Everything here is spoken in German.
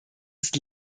ist